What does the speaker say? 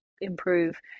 improve